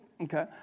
okay